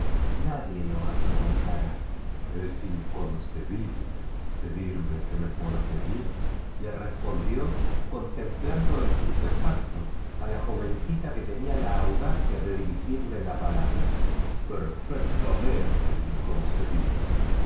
nadie le atormentará es inconcebible pedirme que me porte bienle respondió contemplando estupefac to a la joveneíta que tenía la audacia de dirigirle la palabra perfectamente incon